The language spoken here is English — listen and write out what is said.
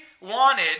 wanted